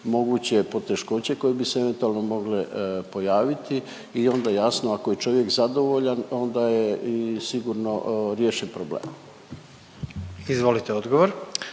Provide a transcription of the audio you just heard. moguće poteškoće koje bi se eventualno mogle pojaviti i onda jasno ako je čovjek zadovoljan, onda je i sigurno riješen problem. **Jandroković,